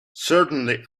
certainly